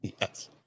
yes